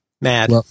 mad